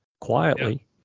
quietly